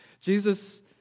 Jesus